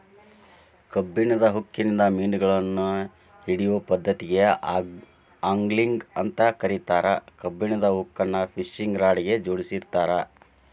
ಕಬ್ಬಣದ ಹುಕ್ಕಿನಿಂದ ಮಿನುಗಳನ್ನ ಹಿಡಿಯೋ ಪದ್ದತಿಗೆ ಆಂಗ್ಲಿಂಗ್ ಅಂತ ಕರೇತಾರ, ಕಬ್ಬಣದ ಹುಕ್ಕನ್ನ ಫಿಶಿಂಗ್ ರಾಡ್ ಗೆ ಜೋಡಿಸಿರ್ತಾರ